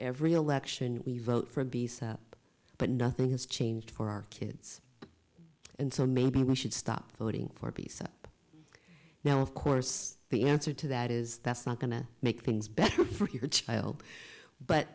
every election we vote for obese up but nothing has changed for our kids and so maybe we should stop voting for peace up now of course the answer to that is that's not going to make things better for your child but